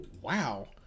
Wow